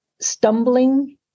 stumbling